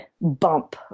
bump